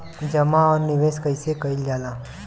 जमा और निवेश कइसे कइल जाला?